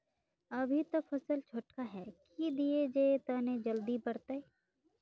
अभी ते फसल छोटका है की दिये जे तने जल्दी बढ़ते?